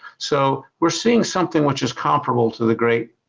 so we're seeing something which is comparable to the great